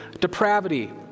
depravity